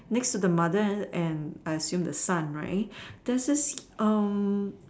next to the mother and I assume the son right there's this um